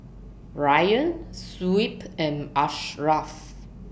Ryan Shuib and Ashraf